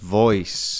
voice